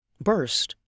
burst